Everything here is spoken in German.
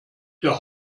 der